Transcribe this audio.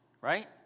right